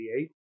1988